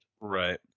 Right